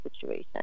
situation